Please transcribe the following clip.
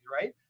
right